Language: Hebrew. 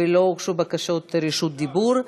ולא הוגשו בקשות רשות דיבור,